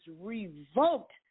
revoked